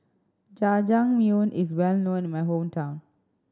Jajangmyeon is well known in my hometown